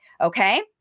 okay